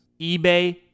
ebay